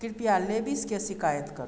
कृपया लेविसके शिकायत करू